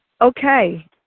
Okay